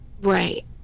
right